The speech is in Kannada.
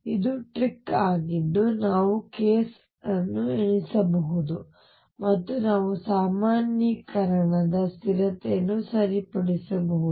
ಇದು ಟ್ರಿಕ್ ಆಗಿದ್ದು ನಾವು ಕೇಸ್ ಅನ್ನು ಎಣಿಸಬಹುದು ಮತ್ತು ನಾವು ಸಾಮಾನ್ಯೀಕರಣದ ಸ್ಥಿರತೆಯನ್ನು ಸರಿಪಡಿಸಬಹುದು